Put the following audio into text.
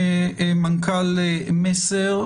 מנכ"ל מסר,